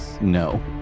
No